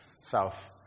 south